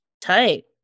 Tight